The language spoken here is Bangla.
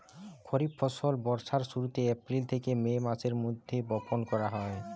খরিফ ফসল বর্ষার শুরুতে, এপ্রিল থেকে মে মাসের মধ্যে বপন করা হয়